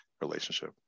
relationship